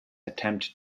attempt